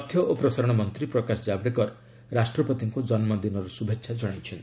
ତଥ୍ୟ ଓ ପ୍ରସାରଣ ମନ୍ତ୍ରୀ ପ୍ରକାଶ ଜାବ୍ଡେକର ରାଷ୍ଟ୍ରପତିଙ୍କୁ ଜନ୍ମଦିନର ଶୁଭେଚ୍ଚା ଜଣାଇଛନ୍ତି